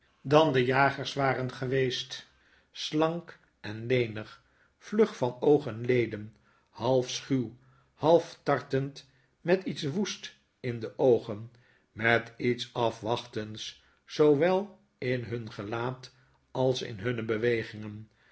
dan de jagers waren geweest slank en lenig vlug van oog en leden half schuw half tartend met iets woest in de oogen met iets afwachtends zoowel in hun gelaat als in hunne bewegingen